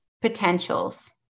potentials